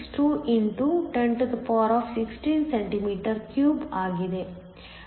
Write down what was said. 62 x 1016cm 3 ಆಗಿದೆ